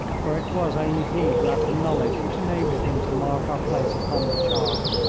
for it was only he who had the knowledge which enabled him to mark our place upon the chart.